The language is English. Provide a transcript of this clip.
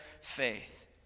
faith